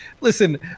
Listen